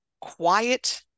quiet